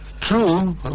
True